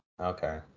Okay